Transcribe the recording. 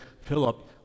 Philip